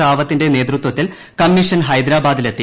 റാവത്തിന്റെ നേതൃത്വത്തിൽ കമ്മീഷൻ ഹൈദരാബാദിലെത്തി